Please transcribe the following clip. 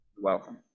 Welcome